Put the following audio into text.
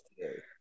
today